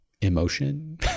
emotion